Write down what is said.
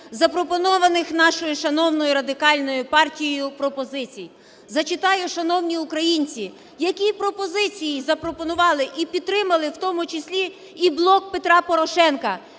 запропонованих нашою шановною Радикальною партією пропозицій. Зачитаю, шановні українці, які пропозиції запропонували і підтримали, в тому числі і "Блок Петра Порошенка"